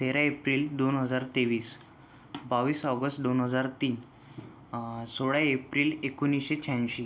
तेरा एप्रिल दोन हजार तेवीस बावीस ऑगस्ट दोन हजार तीन सोळा एप्रिल एकोणीसशे शहाऐंशी